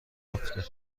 افته